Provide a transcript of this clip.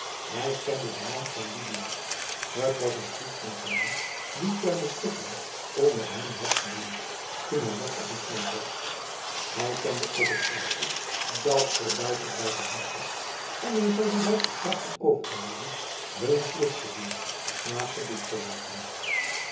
hij kende de man van lidia t was een goed ambtenaar die ter beschikking onder hem had gediend toen hij nog assistent was hij kende ook t vrouwtje dat verduiveld bijdehand was en hij zou die luitjes trachten over te halen hun plicht te doen als naaste